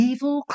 Evil